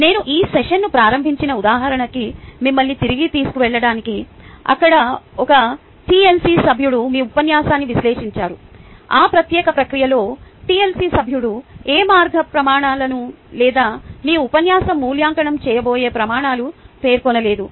నేను ఈ సెషన్ను ప్రారంభించిన ఉదాహరణకి మిమ్మల్ని తిరిగి తీసుకెళ్లడానికి అక్కడ ఒక టిఎల్సి సభ్యుడు మీ ఉపన్యాసాన్ని విశ్లేషించారు ఆ ప్రత్యేక ప్రక్రియలో టిఎల్సి సభ్యుడు ఏ మార్కింగ్ ప్రమాణాలను లేదా మీ ఉపన్యాసం మూల్యాంకనం చేయబోయే ప్రమాణాలు పేర్కొనలేదు